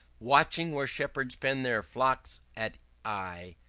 watching where shepherds pen their flocks at eye,